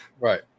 Right